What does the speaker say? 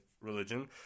religion